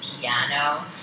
piano